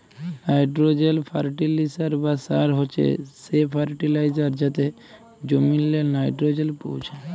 nitrogen fertiliser বা সার হছে সে ফার্টিলাইজার যাতে জমিল্লে লাইট্রোজেল পৌঁছায়